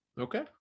okay